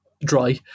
dry